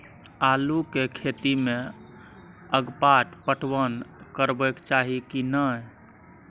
आलू के खेती में अगपाट पटवन करबैक चाही की नय?